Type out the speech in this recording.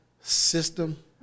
system